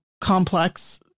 complex